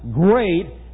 great